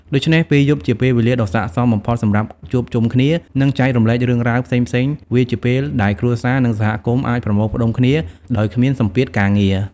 ដូច្នេះ ពេលយប់ជាពេលវេលាដ៏ស័ក្តិសមបំផុតសម្រាប់ជួបជុំគ្នា និងចែករំលែករឿងរ៉ាវផ្សេងៗ វាជាពេលដែលគ្រួសារ និងសហគមន៍អាចប្រមូលផ្ដុំគ្នាដោយគ្មានសម្ពាធការងារ ។